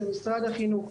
של משרד החינוך.